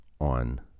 on